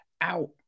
Out